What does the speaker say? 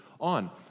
on